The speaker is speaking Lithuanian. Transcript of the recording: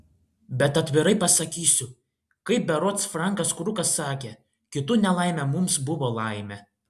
bet atvirai pasakysiu kaip berods frankas krukas sakė kitų nelaimė mums buvo laimė